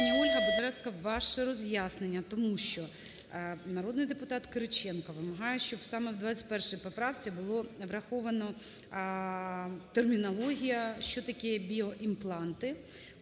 Пані Ольга, будь ласка, ваше роз'яснення, тому що народний депутат Кириченко вимагає, щоб саме в 21 поправці було враховано термінологія що таке біоімпланти.